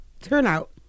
turnout